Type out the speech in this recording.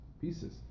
pieces